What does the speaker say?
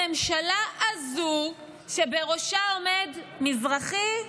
הממשלה הזו שבראשה עומד, מזרחי?